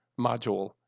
module